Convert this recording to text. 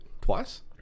twice